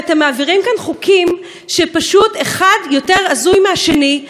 ואתם מעבירים כאן חוקים שפשוט אחד יותר הזוי מהשני,